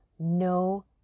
no